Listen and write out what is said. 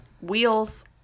wheels